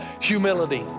humility